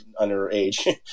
underage